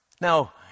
Now